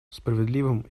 справедливым